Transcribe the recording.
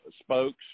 spokes